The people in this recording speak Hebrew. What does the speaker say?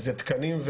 זה תקנים,